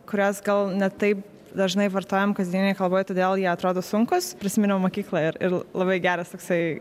kurias gal ne taip dažnai vartojam kasdienėj kalboj todėl jie atrodo sunkūs prisiminiau mokyklą ir ir labai geras toksai